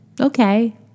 okay